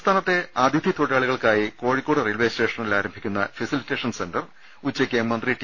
സംസ്ഥാനത്തെ അതിഥി തൊഴിലാളികൾക്കായി കോഴിക്കോട് റെയിൽവെ സ്റ്റേഷനിൽ ആരംഭിക്കുന്ന ഫെസിലിറ്റേഷൻ സെന്റർ ഉച്ചയ്ക്ക് മന്ത്രി ടി